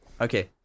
Okay